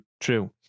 true